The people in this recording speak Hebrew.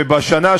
ובשנה,